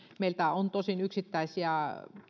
meiltä on tosin yksittäisiä